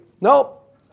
Nope